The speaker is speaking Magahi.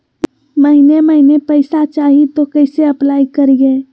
महीने महीने पैसा चाही, तो कैसे अप्लाई करिए?